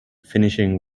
finishing